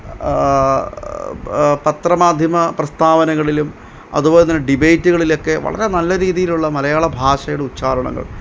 പത്ര മാധ്യമ പ്രസ്താവനകളിലും അതുപോലെ തന്നെ ഡിബേയ്റ്റ്കളിലെക്കെ വളരെ നല്ല രീതിയിലുള്ള മലയാളഭാഷയുടെ ഉച്ഛാരണങ്ങള്